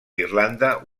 irlanda